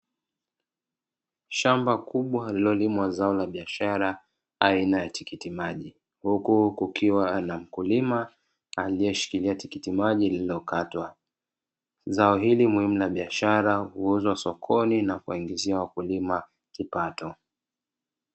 Shamba kubwa lililolimwa zao la biashara aina ya tikitimaji, huku kukiwa na mkulima aliyeshikilia tikitimaji lililokatwa, zao hili muhimu la biashara huuzwa sokoni na kuwaingizia wakulima kipato.